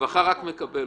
רווחה רק מקבל.